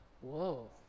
whoa